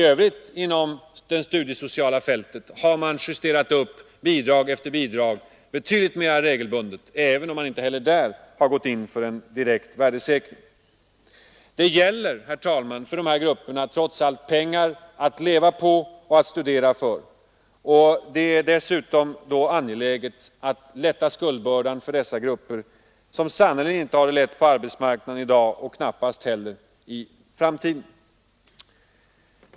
På det studiesociala fältet i övrigt har man justerat upp bidrag efter bidrag betydligt mera regelbundet, även om man inte heller där har gått in för en direkt värdesäkring. Dessutom är det angeläget att lätta skuldbördan för dessa grupper, som sannerligen inte har det lätt på arbetsmarknaden i dag och knappast heller får det i framtiden.